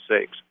sakes